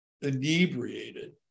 inebriated